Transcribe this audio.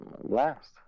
last